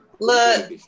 Look